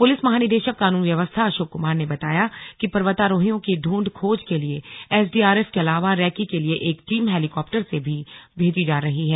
police महानिदेशक कानून व्यवस्था अशोक कुमार ने बताया कि पर्वतारोहियों की ढंढूखोज के लिए एसडीआरएफ के अलावा रेकी के लिए एक टीम हेलीकॉप्टर से भी भेजी रही है